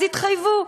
אז התחייבו.